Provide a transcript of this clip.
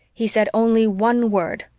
he said only one word,